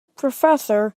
professor